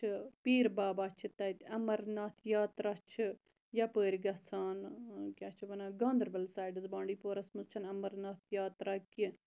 تہٕ پیٖر بابا چھِ تَتہِ اَمَر ناتھ یاترا چھِ یَپٲرۍ گَژھان کیاہ چھِ وَنان گاندَر بَل سایڈَس بانڈی پورَس مَنٛز چھَ نہٕ اَمَر ناتھ یاترا کینٛہہ